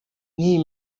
n’iyo